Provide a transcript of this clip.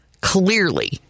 clearly